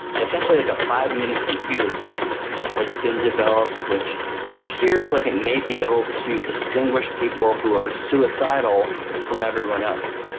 essentially like a five-minute computer test has been developed which appears like it may be able to distinguish people who are suicidal from everyone else.